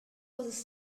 was